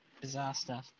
disaster